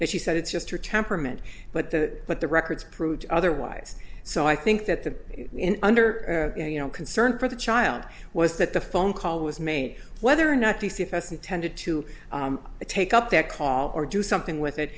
and she said it's just her temperament but the but the records proved otherwise so i think that the under you know concern for the child was that the phone call was made whether or not the c f s intended to take up that call or do something with it